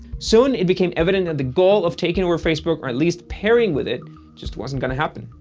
soon, it became evident that the goal of taking over facebook or at least pairing with it just wasn't going to happen.